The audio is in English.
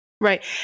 Right